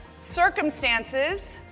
Circumstances